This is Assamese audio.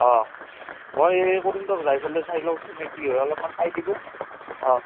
অঁ মই সেই কৰিম দিয়ক চাই লওঁ নে কি হয় অলপমান চাই দিব অঁ